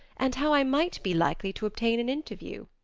and how i might be likely to obtain an interview.